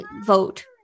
vote